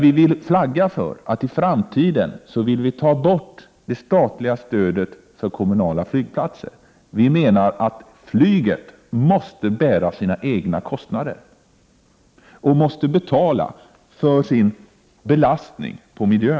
Vi vill dock göra klart att vi i framtiden vill ta bort det statliga stödet för kommunala flygplatser. Vi menar att flyget måste bära sina egna kostnader och måste betala för sin belastning på miljön.